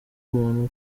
umuntu